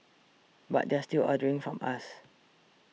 but they're still ordering from us